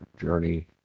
journey